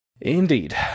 Indeed